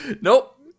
Nope